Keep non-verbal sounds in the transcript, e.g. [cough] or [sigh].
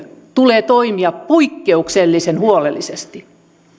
[unintelligible] tulee toimia poikkeuksellisen huolellisesti